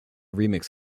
remix